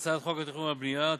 הצעת חוק התכנון והבנייה (תיקון,